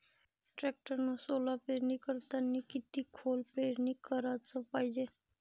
टॅक्टरनं सोला पेरनी करतांनी किती खोल पेरनी कराच पायजे?